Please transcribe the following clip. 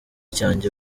cyanjye